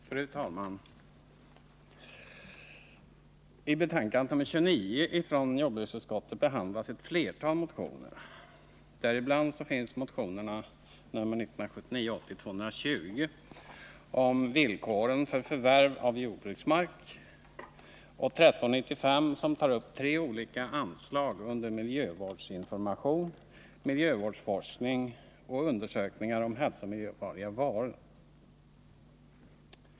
Fru talman! I betänkande 29 från jordbruksutskottet behandlas ett flertal motioner, däribland motionerna 220 om villkoren för förvärv av jordbruksmark och 1395 som tar upp tre olika anslag under rubrikerna Miljövårdsinformation, Miljövårdsforskning och Undersökningar om hälsooch miljöfarliga varor.